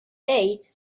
day